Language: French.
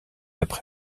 après